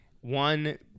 one